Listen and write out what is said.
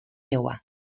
iowa